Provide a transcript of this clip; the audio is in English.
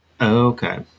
Okay